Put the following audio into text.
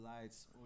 lights